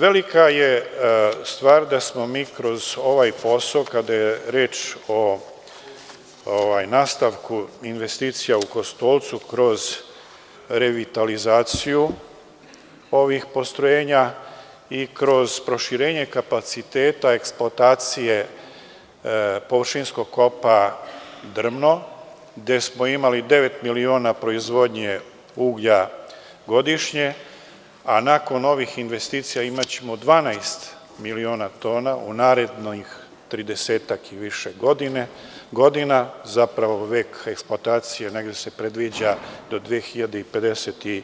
Velika je stvar da smo kroz ovaj posao, kada je reč o nastavku investicija u Kostolcu, kroz revitalizaciju ovih postrojenja i kroz proširenje kapaciteta eksploatacije površinskog kopa Drmno gde smo imali devet miliona proizvodnje uglja godišnje, a nakon ovih investicija imaćemo 12 miliona tona u narednih 30 i više godina, zapravo vek eksploatacije se predviđa do 2052.